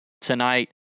tonight